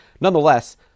Nonetheless